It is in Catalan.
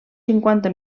cinquanta